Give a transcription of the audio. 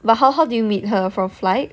but how how do you meet her from flight